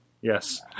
yes